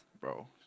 bro